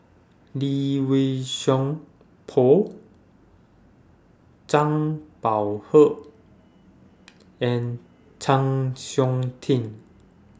Lee Wei Song Paul Zhang Bohe and Chng Seok Tin